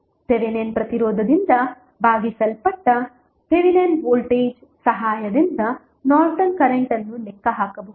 Thevenin ಪ್ರತಿರೋಧದಿಂದ ಭಾಗಿಸಲ್ಪಟ್ಟ Thevenin voltage ಸಹಾಯದಿಂದ ನಾರ್ಟನ್ ಕರೆಂಟ್ ಅನ್ನು ಲೆಕ್ಕ ಹಾಕಬಹುದು